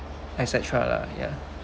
etcetera lah ya